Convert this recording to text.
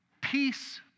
peace